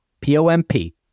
P-O-M-P